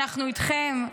אנחנו איתכם,